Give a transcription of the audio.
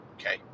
Okay